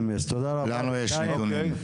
תודה רבה.